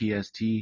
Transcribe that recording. PST